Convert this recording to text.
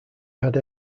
had